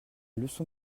leçon